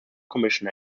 commission